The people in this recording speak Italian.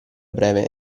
breve